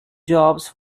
jobs